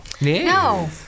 No